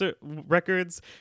Records